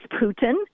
Putin